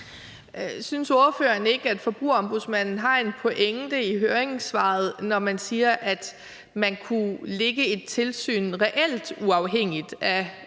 Synes ordføreren ikke, at Forbrugerombudsmanden har en pointe i høringssvaret, når det bliver sagt, at man kunne udpege et tilsyn, der reelt er uafhængigt af